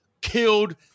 killed